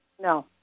No